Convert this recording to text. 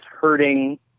hurting